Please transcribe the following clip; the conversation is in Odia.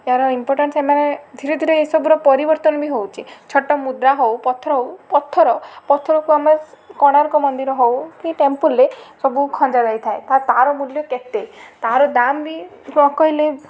ୟାର ଇମ୍ପୋର୍ଟାନ୍ସ ଏମାନେ ଧିରେ ଧିରେ ଏ ସବୁର ପରିବର୍ତ୍ତନ ବି ହଉଛି ଛୋଟ ମୁଦ୍ର ହଉ ପଥର ହଉ ପଥର ପଥରକୁ ଆମେ କୋଣାର୍କ ମନ୍ଦିର ହଉ କି ଟେମ୍ପଲରେ ସବୁ ଖଞ୍ଜା ଯାଇଥାଏ ତ ତାର ମୂଲ୍ୟ କେତେ ତାର ଦାମ୍ ବି ନ କହିଲେ